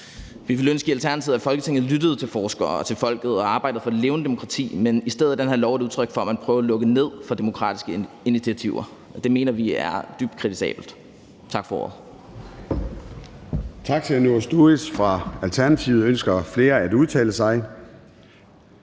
ville ønske, at Folketinget lyttede til forskere og til folket og arbejdede for det levende demokrati, men i stedet er det her lovforslag et udtryk for, at man prøver at lukke ned for demokratiske initiativer. Det mener vi er dybt kritisabelt. Tak for ordet.